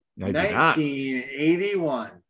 1981